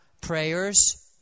prayers